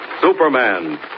Superman